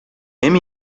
hem